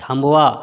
थांबवा